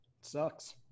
sucks